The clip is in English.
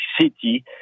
city